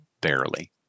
barely